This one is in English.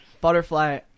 butterfly –